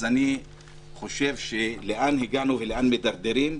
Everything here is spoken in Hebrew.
ואני חושב לאן הגענו ולאן אנחנו מידרדרים.